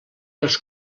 els